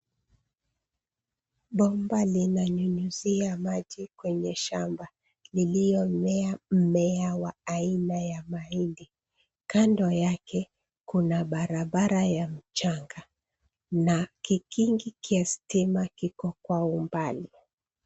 Bomba linanyunyizia maji kwenye shamba iliyomea mmea wa aina ya mahindi. Kando yake, kuna barabara ya mchanga na kikingi kya stima kiko kwa umbali.